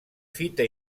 fita